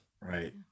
Right